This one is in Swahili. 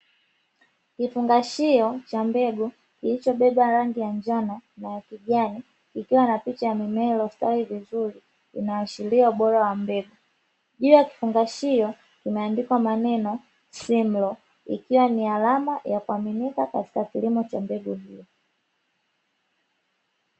Kifungashio cha mbegu kilicho beba rangi ya njano na ya kijani ikiwa na picha ya mimea iliyo stawi vizuri inaashiria ubora wa mbegu, juu ya kifungashio kumeandikwa maneno ikiwa ni alama kwa kilimo cha mbegu bora.